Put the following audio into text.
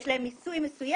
יש להם מיסוי מסוים,